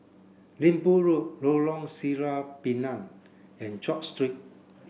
Minbu Road Lorong Sireh Pinang and George Street